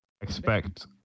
expect